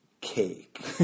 cake